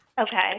Okay